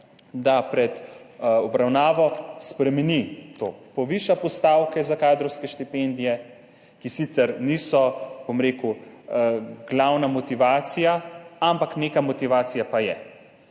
da pred obravnavo to spremeni – poviša postavke za kadrovske štipendije, ki sicer niso glavna motivacija, ampak neka motivacija pa je.